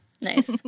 Nice